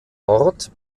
ort